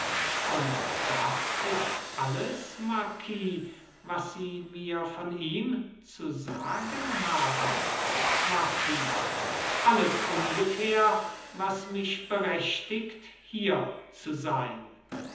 und das ist alles marquis was sie mir von ihm zu sagen haben marquis alles ungefähr was mich berechtigt hierzusein